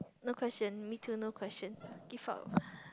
not question me too no question give up